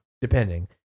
Depending